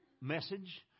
message